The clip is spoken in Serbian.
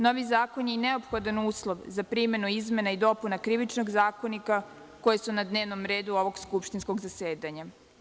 Novi zakon je i neophodan uslov za primenu izmena i dopuna Krivičnog zakonika koji su na dnevnom redu ovog skupštinskog zasedanja.